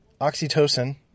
oxytocin